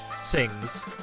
sings